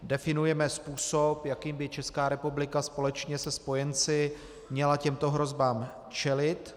Definujeme způsob, jakým by Česká republika společně se spojenci měla těmto hrozbám čelit.